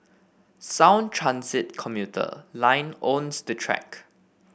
Sound Transit commuter line owns the track